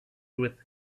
with